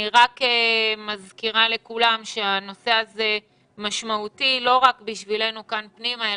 אני רק מזכירה לכולם שהנושא הזה משמעותי לא רק בשבילנו כאן פנימה,